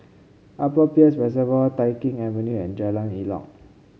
Upper Peirce Reservoir Tai Keng Avenue and Jalan Elok